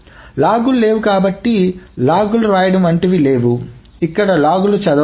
లాగ్లు లేవు కాబట్టి లాగ్లు వ్రాయడం వంటివి లేవు కాబట్టి లాగ్లు చదవబడవు